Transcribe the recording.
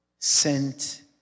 Sent